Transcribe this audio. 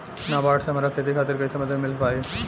नाबार्ड से हमरा खेती खातिर कैसे मदद मिल पायी?